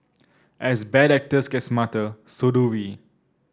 as bad actors get smarter so do we